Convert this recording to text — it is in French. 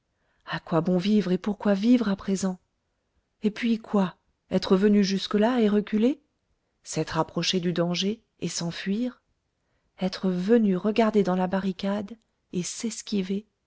à quoi bon vivre et pourquoi vivre à présent et puis quoi être venu jusque-là et reculer s'être approché du danger et s'enfuir être venu regarder dans la barricade et s'esquiver